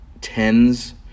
tens